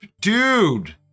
dude